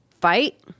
fight